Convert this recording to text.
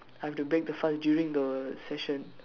I have to break the fast during the session